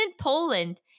Poland